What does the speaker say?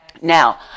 Now